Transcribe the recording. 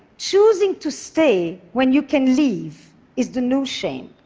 choosing to stay when you can leave is the new shame.